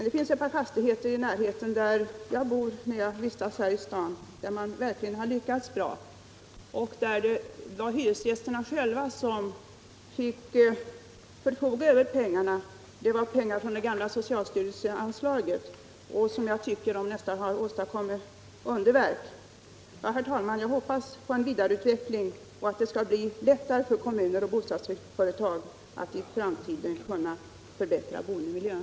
Det finns ett par fastigheter i närheten av det hus där jag bor när jag vistas här i staden, där man verkligen har lyckats bra. Hyresgästerna fick själva förfoga över pengarna — det var pengar från det gamla socialstyrelseanslaget — och jag tycker att de nästan har åstadkommit underverk. Herr talman! Jag hoppas på en vidareutveckling, och jag hoppas att det skall bli lättare för kommuner och bostadsrättsföretag att i framtiden förbättra boendemiljön.